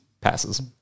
passes